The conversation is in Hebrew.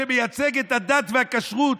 שמייצג את הדת והכשרות,